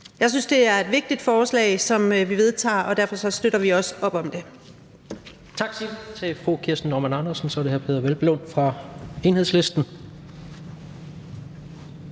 Jeg synes, det er et vigtigt forslag, som vi behandler, og derfor støtter vi også op om det.